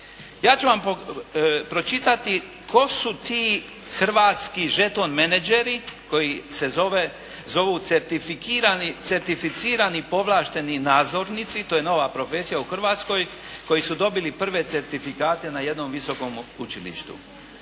Ja ću vam pročitati tko su ti hrvatski žeton menađeri koji se zovu certificirani povlašteni nadzornici, to je nova profesija u Hrvatskoj koji su dobili prve certifikate na jednom visokom učilištu.